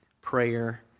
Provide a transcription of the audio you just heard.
prayer